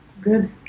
good